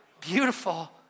beautiful